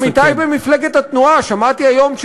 עמיתי במפלגת התנועה: שמעתי היום,